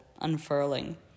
unfurling